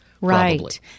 Right